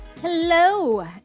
Hello